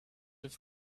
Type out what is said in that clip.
with